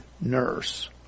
nurse